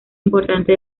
importante